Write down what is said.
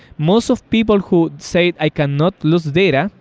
most of people who say i cannot lose data,